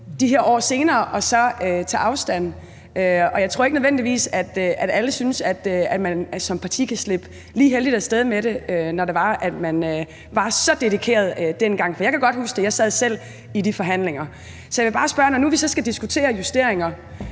de her år senere at stå og tage afstand. Jeg tror ikke nødvendigvis, at alle synes, at man som parti kan slippe heldigt af sted med det, når det var, man var så dedikeret dengang. For jeg kan godt huske det. Jeg sad selv i de forhandlinger. Så når nu vi så skal diskutere justeringer,